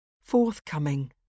forthcoming